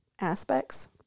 aspects